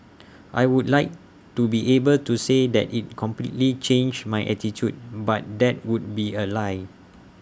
I would like to be able to say that IT completely changed my attitude but that would be A lie